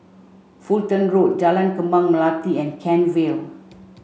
Fulton Road Jalan Kembang Melati and Kent Vale